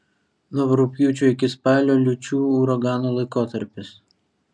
nuo rugpjūčio iki spalio liūčių uraganų laikotarpis